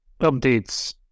updates